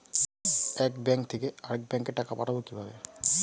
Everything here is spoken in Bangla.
এক ব্যাংক থেকে আরেক ব্যাংকে টাকা পাঠাবো কিভাবে?